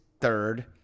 third